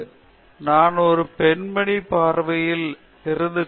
ஆனால் நாம் ஒரு சிறிய கதாபாத்திரத்தை வகிக்கிறோம் என்ற உண்மையை புரிந்துகொள்ள வேண்டும்